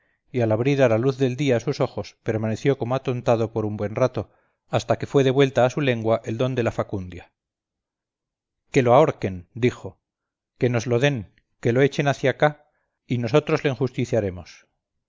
y al abrir a la luz del día sus ojos permaneció como atontado por un buen rato hasta que fue devuelta a su lengua el don de la facundia que lo ahorquen dijo que nos lo den que lo echen hacia ca y nosotros le